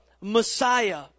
Messiah